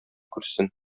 күрсен